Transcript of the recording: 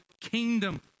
kingdom